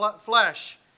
flesh